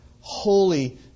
holy